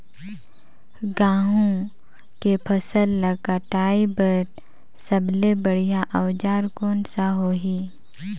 गहूं के फसल ला कटाई बार सबले बढ़िया औजार कोन सा होही?